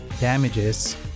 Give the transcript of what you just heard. damages